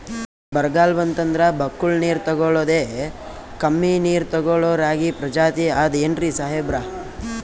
ಬರ್ಗಾಲ್ ಬಂತಂದ್ರ ಬಕ್ಕುಳ ನೀರ್ ತೆಗಳೋದೆ, ಕಮ್ಮಿ ನೀರ್ ತೆಗಳೋ ರಾಗಿ ಪ್ರಜಾತಿ ಆದ್ ಏನ್ರಿ ಸಾಹೇಬ್ರ?